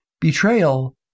betrayal